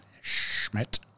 Schmidt